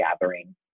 Gathering